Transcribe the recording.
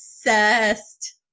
Obsessed